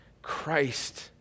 Christ